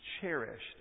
cherished